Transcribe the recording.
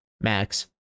max